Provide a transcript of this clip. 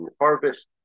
harvest